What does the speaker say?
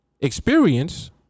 experience